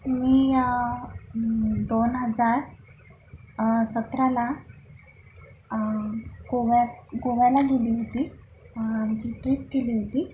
मी या दोन हजार सतराला गोव्यात गोव्याला गेले होते आमची ट्रिप गेली होती